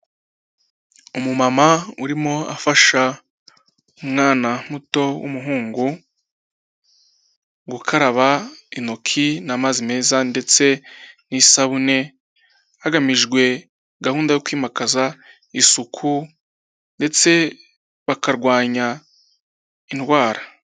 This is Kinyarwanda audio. Umu mama urimo afasha umwana muto w'umuhungu gukaraba intoki n'amazi meza ndetse n'isabune hagamijwe gahunda yo kwimakaza isuku ndetse bakarwanya indwara.